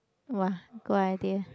!wah! good idea